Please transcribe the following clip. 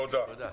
תודה.